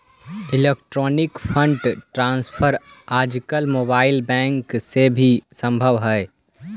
electronic fund transfer आजकल mobile banking से भी संभव हइ